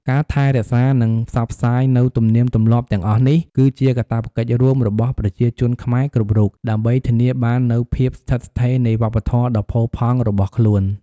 ការថែរក្សា និងផ្សព្វផ្សាយនូវទំនៀមទម្លាប់ទាំងអស់នេះ គឺជាកាតព្វកិច្ចរួមរបស់ប្រជាជនខ្មែរគ្រប់រូប ដើម្បីធានាបាននូវភាពស្ថិតស្ថេរនៃវប្បធម៌ដ៏ផូរផង់របស់ខ្លួន។